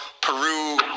Peru